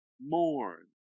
mourn